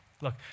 Look